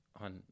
on